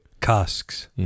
casks